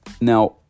Now